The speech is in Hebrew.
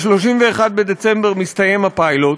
ב-31 בדצמבר מסתיים הפיילוט,